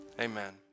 amen